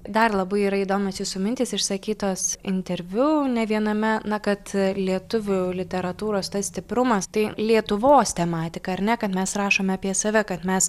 dar labai yra įdomios jūsų mintys išsakytos interviu ne viename na kad lietuvių literatūros tas stiprumas tai lietuvos tematika ar ne kad mes rašome apie save kad mes